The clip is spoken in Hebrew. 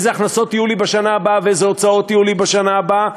איזה הכנסות יהיו לי בשנה הבאה ואיזה הוצאות יהיו לי בשנה הבאה,